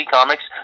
Comics